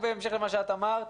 בהמשך למה שאת אמרת,